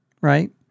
right